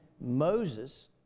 Moses